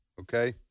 okay